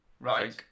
Right